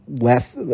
left